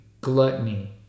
gluttony